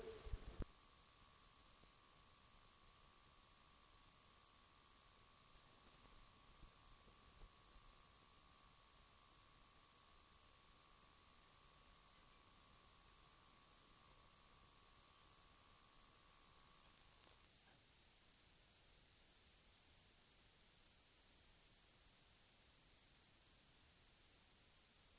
Herr talman! Med det anförda ber jag att få yrka bifall till den vid utskottsbetänkandet fogade reservationen.